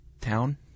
Town